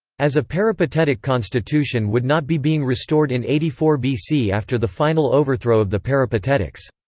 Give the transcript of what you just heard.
as a peripatetic constitution would not be being restored in eighty four bc after the final overthrow of the peripatetics.